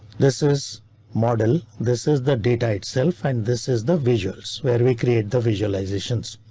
this is model. this is the data itself and this is the visuals where we create the visualizations.